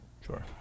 Sure